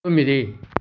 తొమ్మిది